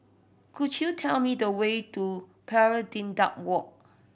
could you tell me the way to Pari Dedap Walk